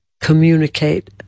communicate